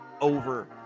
over